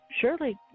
Surely